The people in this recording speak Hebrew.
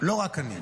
לא רק אני.